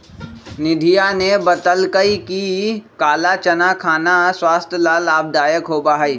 निधिया ने बतल कई कि काला चना खाना स्वास्थ्य ला लाभदायक होबा हई